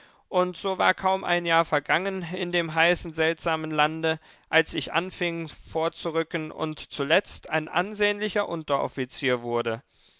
und so war kaum ein jahr vergangen in dem heißen seltsamen lande als ich anfing vorzurücken und zuletzt ein ansehnlicher unteroffizier wurde